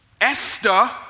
Esther